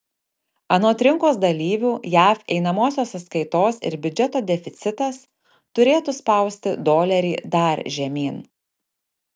anot rinkos dalyvių jav einamosios sąskaitos ir biudžeto deficitas turėtų spausti dolerį dar žemyn